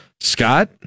Scott